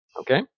Okay